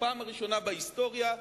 בפעם הראשונה בהיסטוריה,